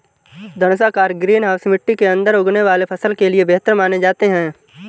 धनुषाकार greenhouse मिट्टी के अंदर उगने वाले फसल के लिए बेहतर माने जाते हैं